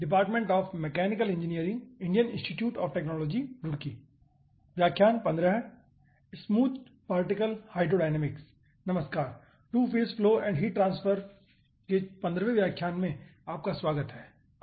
नमस्कार two phase flow and heat transfer के पंद्रहवें व्याख्यान में आपका स्वागत है